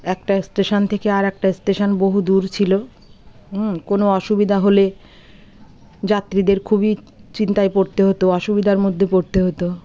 একটা স্টেশান থেকে আর একটা স্টেশান বহু দূর ছিলো কোনো অসুবিধা হলে যাত্রীদের খুবই চিন্তায় পড়তে হতো অসুবিধার মধ্যে পড়তে হতো